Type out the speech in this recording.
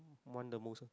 want the most